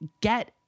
get